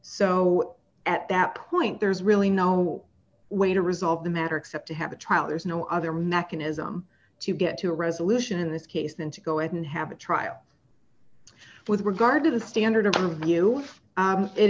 so at that point there's really no way to resolve the matter except to have a trial there is no other mechanism to get to a resolution in this case than to go ahead and have a trial with regard to the standard of review if it